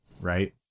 right